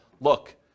look